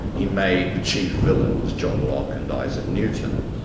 he made the chief villains john locke and isaac newton,